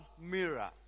mirror